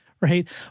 right